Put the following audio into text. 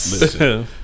Listen